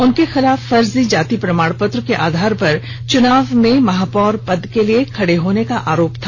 उनके खिलाफ फर्जी जाति प्रमाण पत्र के आधार पर चुनाव में महापौर पद के लिए खड़ा होने का आरोप था